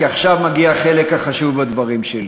כי עכשיו מגיע החלק החשוב בדברים שלי.